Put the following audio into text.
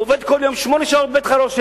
הוא עובד כל יום שמונה שעות בבית-חרושת,